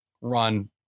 run